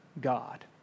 God